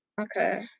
Okay